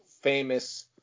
famous